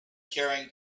carrying